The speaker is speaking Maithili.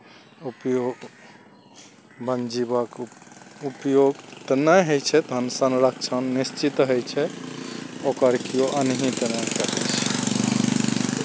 उपयोग वन जीवक उप उपयोग तऽ नहि होइ छै तहन संरक्षण निश्चित होइ छै ओकर कियो अनहित नहि करै छै